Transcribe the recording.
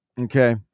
okay